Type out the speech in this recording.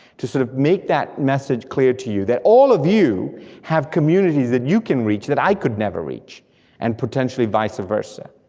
to sort of make make that message clear to you, that all of you have communities that you can reach that i could never reach and potentially vice versa.